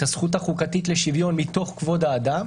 הזכות החוקתית לשוויון מתוך כבוד האדם,